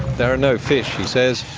there are no fish, he says,